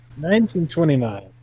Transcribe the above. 1929